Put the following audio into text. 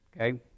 Okay